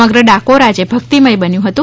સમગ્ર ડાકોર આજે ભક્તિમય બન્યું હતું